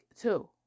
two